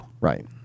Right